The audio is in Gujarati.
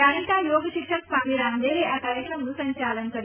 જાણીતા યોગ શિક્ષક સ્વામી રામદેવે આ કાર્યક્રમનું સંચાલન કર્યું હતું